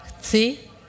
See